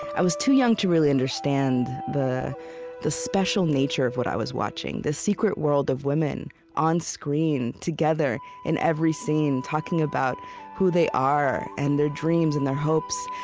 i was too young to really understand the the special nature of what i was watching this secret world of women on screen together in every scene talking about who they are and their dreams and their hopes.